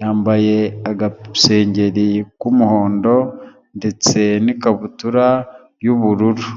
Yambaye agasengeri k'umuhondo, ndetse n'ikabutura y'ubururu.